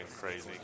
crazy